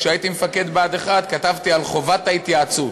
כשהייתי מפקד בה"ד 1 כתבתי על חובת ההתייעצות.